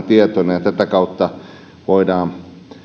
tietona ja ja tätä kautta voidaan